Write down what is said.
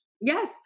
Yes